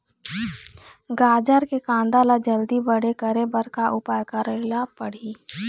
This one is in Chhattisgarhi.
गाजर के कांदा ला जल्दी बड़े करे बर का उपाय करेला पढ़िही?